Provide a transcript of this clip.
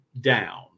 down